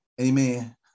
Amen